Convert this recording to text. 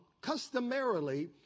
customarily